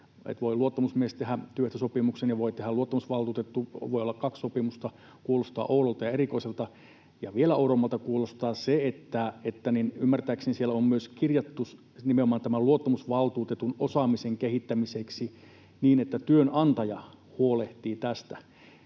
— luottamusmies voi tehdä työehtosopimuksen, ja luottamusvaltuutettu voi tehdä sen, voi olla kaksi sopimusta —, kuulostaa oudolta ja erikoiselta. Ja vielä oudommalta kuulostaa se, että ymmärtääkseni siellä on myös kirjattu nimenomaan luottamusvaltuutetun osaamisen kehittämiseksi niin, että työnantaja huolehtii tästä.